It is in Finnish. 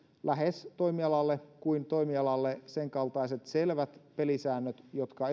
lähes toimialalle kuin toimialalle sen kaltaiset selvät pelisäännöt jotka